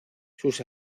sus